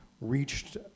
reached